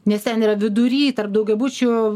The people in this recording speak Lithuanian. nes ten yra vidury tarp daugiabučių